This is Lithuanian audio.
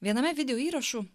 viename video įrašų